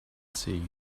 sea